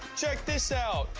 check this out.